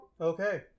Okay